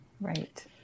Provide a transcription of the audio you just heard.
Right